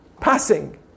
passing